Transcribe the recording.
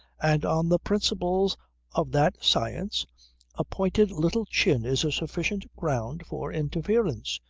and on the principles of that science a pointed little chin is a sufficient ground for interference.